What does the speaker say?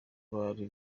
bari